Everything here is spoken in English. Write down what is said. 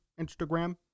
Instagram